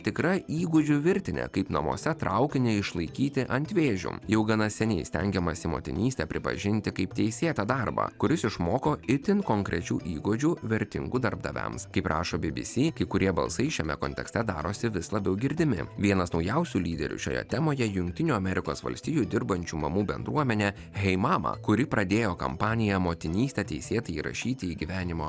tikra įgūdžių virtinė kaip namuose traukinį išlaikyti ant vėžių jau gana seniai stengiamasi motinystę pripažinti kaip teisėtą darbą kuris išmoko itin konkrečių įgūdžių vertingų darbdaviams kaip rašo bbc kai kurie balsai šiame kontekste darosi vis labiau girdimi vienas naujausių lyderių šioje temoje jungtinių amerikos valstijų dirbančių mamų bendruomenė hei mama kuri pradėjo kampaniją motinystę teisėtai įrašyti į gyvenimo